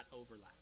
overlap